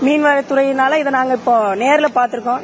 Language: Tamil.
மீன்வளத்துறையினால் நாங்க இப்போ நேர்வ பார்திருக்கிறோம்